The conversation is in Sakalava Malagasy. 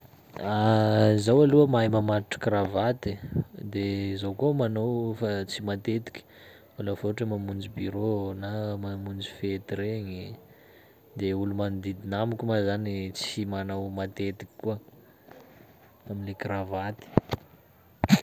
Zaho aloha mahay mamatotry kravaty e, de zaho koa manao fa tsy matetiky, lafa ohatry hoe mamonjy burô na mamonjy fety reny de olo magnodidina amiko moa zany tsy manao matetiky koa amine kravaty.